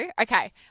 okay